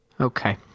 Okay